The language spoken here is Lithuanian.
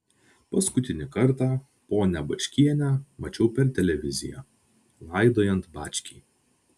paskutinį kartą ponią bačkienę mačiau per televiziją laidojant bačkį